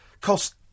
cost